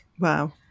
Wow